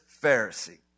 Pharisee